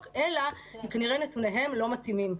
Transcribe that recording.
אלא זה כנראה כי נתוניהם לא מתאימים.